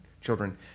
children